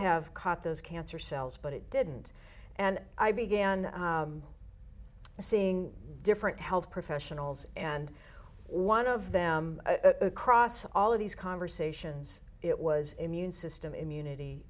have caught those cancer cells but it didn't and i began seeing different health professionals and one of them a cross all of these conversations it was immune system immunity